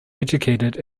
educated